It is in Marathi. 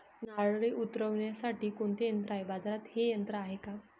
नारळे उतरविण्यासाठी कोणते यंत्र आहे? बाजारात हे यंत्र आहे का?